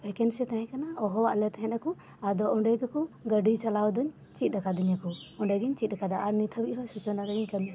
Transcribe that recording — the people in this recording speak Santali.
ᱵᱷᱮᱠᱮᱱᱥᱤ ᱛᱟᱦᱮᱸ ᱠᱟᱱᱟ ᱦᱚᱦᱚᱣᱟᱫᱞᱮ ᱛᱟᱦᱮᱸ ᱱᱟᱠᱩ ᱟᱫᱚ ᱚᱸᱰᱮ ᱜᱮᱠᱩ ᱜᱟᱹᱰᱤ ᱪᱟᱞᱟᱣ ᱫᱚᱧ ᱪᱤᱫ ᱟᱠᱟ ᱫᱤᱧᱟᱹᱠᱩ ᱚᱸᱰᱮᱜᱤᱧ ᱪᱤᱫ ᱟᱠᱟᱫᱟ ᱟᱨ ᱱᱤᱛᱦᱟᱹᱵᱤᱡ ᱦᱚᱸ ᱥᱩᱪᱚᱱᱟ ᱨᱮᱜᱤᱧ ᱠᱟᱹᱢᱤᱭᱟ